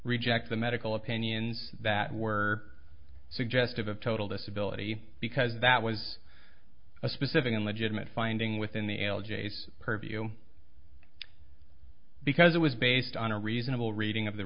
reject the medical opinions that were suggestive of total disability because that was a specific and legitimate finding within the l g s purview because it was based on a reasonable reading of the